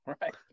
right